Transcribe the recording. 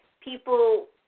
People